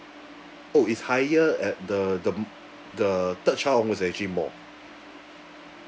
oh it's higher at the the m~ the third child one's actually more